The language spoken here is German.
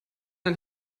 ein